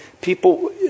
People